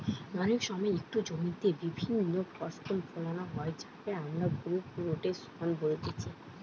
অনেক সময় একটো জমিতে বিভিন্ন ফসল ফোলানো হয় যাকে আমরা ক্রপ রোটেশন বলতিছে